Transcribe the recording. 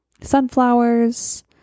sunflowers